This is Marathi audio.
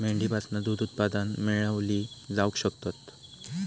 मेंढीपासना दूध उत्पादना मेळवली जावक शकतत